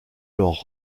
leurs